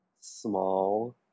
small